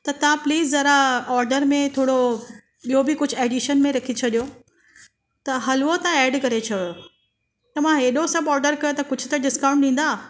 त तव्हां प्लिस ज़रा ऑडर में थोरो ॿियो बि कुझु ऐडीशन में रखे छॾियो त हलुवो तव्हां ऐड करे छॾियो ऐं मां हेॾो सभु ऑडर कयो आहे त कुझु त डिस्काउंट ॾींदा